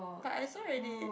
but I saw already